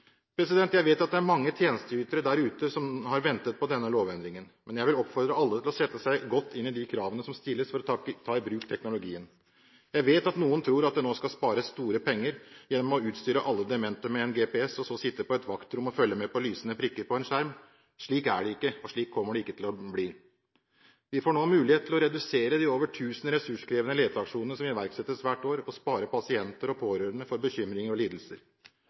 datalagring. Jeg vet at det er mange tjenesteytere der ute som har ventet på denne lovendringen, men jeg vil oppfordre alle til å sette seg godt inn i de kravene som stilles for å ta i bruk teknologien. Jeg vet at noen tror at det nå skal spares store penger gjennom å utstyre alle demente med en GPS, og at man så skal sitte på et vaktrom og følge med på lysende prikker på en skjerm. Slik er det ikke, og slik kommer det ikke til å bli. Vi får nå mulighet til å redusere de over 1 000 ressurskrevende leteaksjonene som iverksettes hvert år, og spare pasienter og pårørende for bekymringer og lidelser.